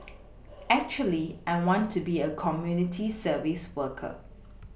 actually I want to be a community service worker